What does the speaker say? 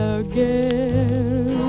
again